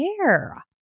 air